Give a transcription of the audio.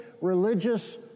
religious